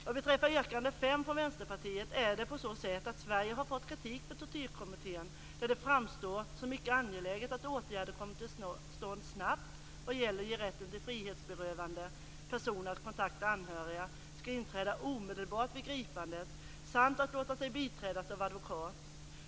Vad beträffar yrkande 5 från Vänsterpartiet så har Sverige fått kritik av Tortyrkommittén där det framstår som mycket angeläget att åtgärder kommer till stånd snabbt vad gäller att ge frihetsberövade personer rätt att kontakta anhöriga, och att den rätten inträder omedelbart vid gripandet, och att låta dem biträdas av advokat.